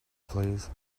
please